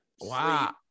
Wow